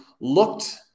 looked